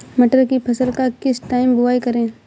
मटर की फसल का किस टाइम बुवाई करें?